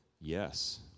yes